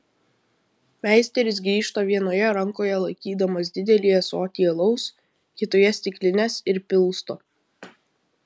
meisteris grįžta vienoje rankoje laikydamas didelį ąsotį alaus kitoje stiklines ir pilsto